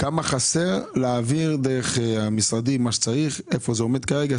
כמה כסף חסר כדי להעביר דרך המשרדים את מה שצריך והיכן זה עומד כרגע?